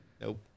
Nope